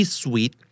sweet